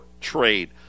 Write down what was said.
trade